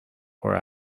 poor